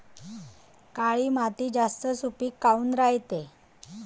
काळी माती जास्त सुपीक काऊन रायते?